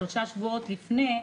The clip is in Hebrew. שלושה שבועות לפני,